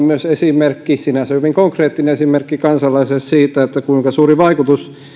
myös esimerkki sinänsä hyvin konkreettinen esimerkki kansalaiselle siitä kuinka suuri vaikutus